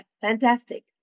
Fantastic